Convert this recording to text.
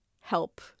help